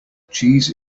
cheese